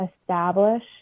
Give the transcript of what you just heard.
establish